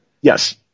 Yes